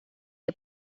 les